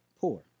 poor